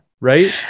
Right